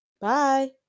Bye